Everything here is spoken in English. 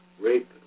rape